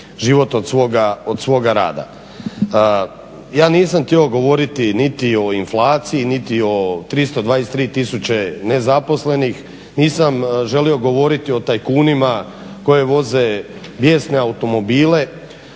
život od svoga rada. Ja nisam htio govoriti niti o inflaciji, niti o 323 tisuće nezaposlenih, nisam želio govoriti o tajkunima koji voze bijesne automobile,